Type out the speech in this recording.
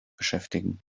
beschäftigen